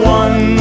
one